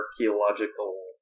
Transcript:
archaeological